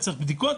צריך בדיקות,